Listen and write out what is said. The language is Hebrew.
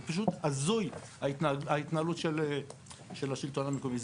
זה פשוט הזוי ההתנהלות של השלטון המקומי.